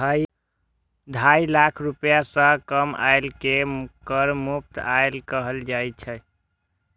ढाई लाख रुपैया सं कम आय कें कर मुक्त आय कहल जाइ छै